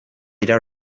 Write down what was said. dira